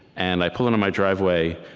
and i pull into my driveway,